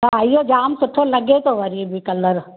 हा इहो जामु सुठो लॻे थो वरी बि कलर